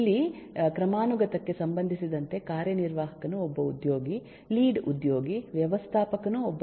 ಇಲ್ಲಿ ಕ್ರಮಾನುಗತಕ್ಕೆ ಸಂಬಂಧಿಸಿದಂತೆ ಕಾರ್ಯನಿರ್ವಾಹಕನು ಒಬ್ಬ ಉದ್ಯೋಗಿ ಲೀಡ್ ಉದ್ಯೋಗಿ ವ್ಯವಸ್ಥಾಪಕನು ಒಬ್ಬ ಉದ್ಯೋಗಿ ಎಂದು ನಾವು ಹೇಳುತ್ತಿದ್ದೇವೆ